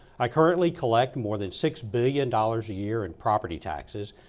i currently collect more than six billion dollars a year in property taxes,